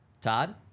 Todd